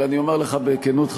אני אומר לך בכנות,